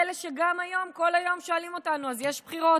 פלא שגם היום כל היום שואלים אותנו: אז יש בחירות?